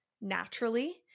naturally